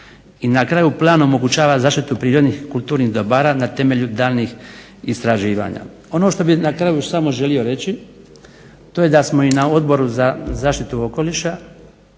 I na kraju, plan omogućava zaštitu prirodnih kulturnih dobara na temelju daljnjih istraživanja. Ono što bih na kraju još samo želio reći to je da smo i na Odboru za zaštitu okoliša,